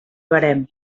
barem